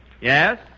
Yes